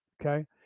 Okay